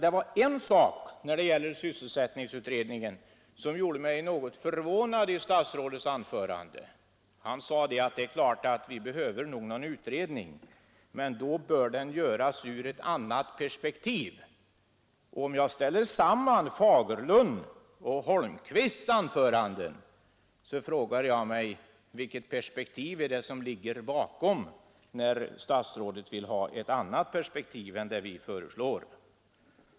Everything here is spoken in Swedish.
Det var emellertid en sak i statsrådets anförande som gäller sysselsättningsutredningen, som gjorde mig något förvånad. Han sade: Det är nog klart att vi behöver en utredning, men då bör den göras ur ett annat perspektiv. Om jag ställer samman herr Fagerlunds och statsrådet Holmqvists anföranden, frågar jag mig: Vilket perspektiv är det när statsrådet vill ha ett annat perspektiv än det vi föreslår?